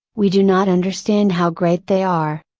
we do not understand how great they are.